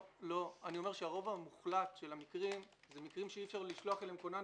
אני אומר שהרוב המוחלט של המקרים זה מקרים שאי-אפשר לשלוח אליהם כונן,